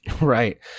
Right